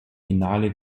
finale